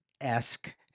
esque